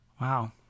Wow